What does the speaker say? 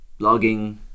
blogging